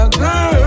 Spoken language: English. girl